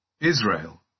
Israel